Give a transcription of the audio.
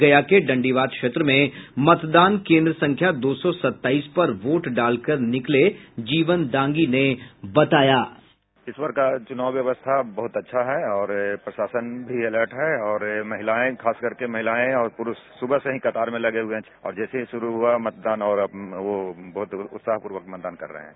गया के दंडीवात क्षेत्र में मतदान केन्द्र संख्या दो सौ सत्ताईस पर वोट डालकर निकले जीवन दांगी ने बताया साउंड बाईट जीवन दांगी इस बार का चुनाव व्यवस्था बहुत अच्छा है और प्रशासन भी अलर्ट है और महिलाएं खास करके महिलाएं और पुरूप सुबह से ही कतार में लगे हुए हैं और जैसे ही शुरू हुआ है मतदान और यो बहुत उत्साहपूर्यक मतदान कर रहे हैं